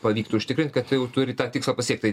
pavyktų užtikrint kad tai jau turi tą tikslą pasiekt tai